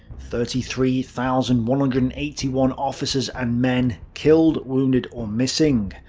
thirty three thousand one hundred and eighty one officers and men, killed wounded or missing.